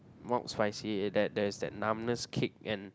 mild spicy there there's that numbness kick and